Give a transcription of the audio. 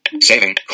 Saving